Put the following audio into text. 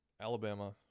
Alabama